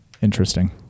Interesting